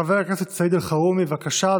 חבר הכנסת סעיד אלחרומי, בבקשה.